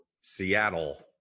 Seattle